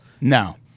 no